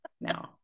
No